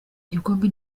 igikombe